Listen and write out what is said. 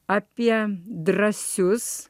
apie drąsius